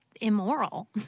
immoral